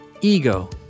ego